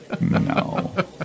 No